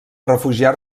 refugiar